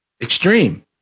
extreme